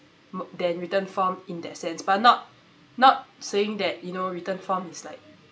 than written form in that sense but not not saying that you know written form is like